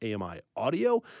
AMI-audio